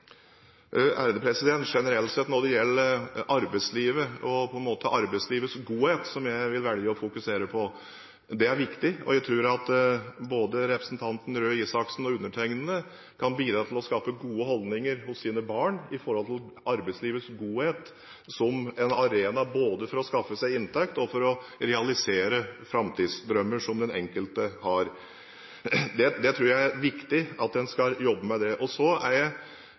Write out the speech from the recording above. Generelt sett når det gjelder arbeidslivet og arbeidslivets godhet, som jeg vil velge å fokusere på, er det viktig. Jeg tror at både representanten Røe Isaksen og undertegnede kan bidra til å skape gode holdninger hos sine barn når det gjelder arbeidslivets godhet som en arena både for å skaffe seg inntekt og for å realisere framtidsdrømmer som den enkelte har. Det tror jeg er viktig at en skal jobbe med. Så er jeg